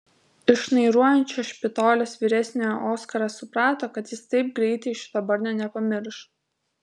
iš šnairuojančio špitolės vyresniojo oskaras suprato kad jis taip greitai šito barnio nepamirš